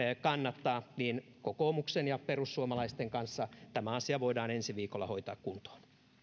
kannattaa niin kokoomuksen ja perussuomalaisten kanssa tämä asia voidaan ensi viikolla hoitaa kuntoon